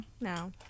No